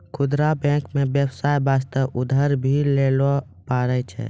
खुदरा बैंक मे बेबसाय बास्ते उधर भी लै पारै छै